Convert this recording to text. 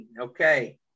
okay